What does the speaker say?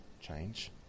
change